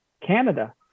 Canada